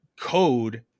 code